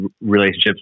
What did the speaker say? relationships